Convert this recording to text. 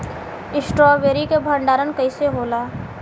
Strawberry के भंडारन कइसे होला?